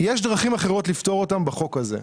יש דרכים אחרות לפתור אותן בחוק הזה.